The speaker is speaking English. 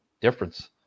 difference